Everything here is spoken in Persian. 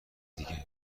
دیگه